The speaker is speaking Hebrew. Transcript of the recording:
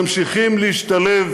זה שקר, הוא משקר.